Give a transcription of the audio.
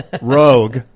Rogue